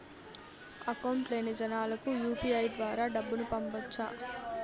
Account లేని జనాలకు UPI ద్వారా డబ్బును పంపొచ్చా?